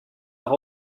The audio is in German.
auch